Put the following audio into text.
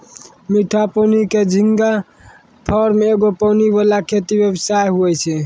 मीठा पानी के झींगा फार्म एगो पानी वाला खेती व्यवसाय हुवै छै